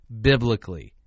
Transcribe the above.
biblically